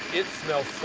it smells